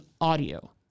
audio